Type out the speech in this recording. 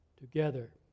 together